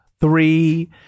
three